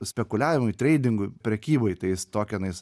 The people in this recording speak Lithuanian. spekuliavimui treidingui prekybai tais tokenais